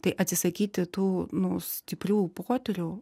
tai atsisakyti tų nu stiprių potyrių